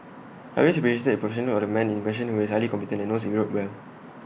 I always appreciated the professionalism of the man in question who is highly competent and knows Europe well